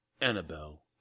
Annabelle